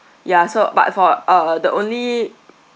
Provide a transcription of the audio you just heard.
ya so but for uh the only